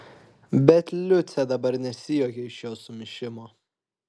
bet liucė dabar nesijuokė iš jo sumišimo